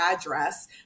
address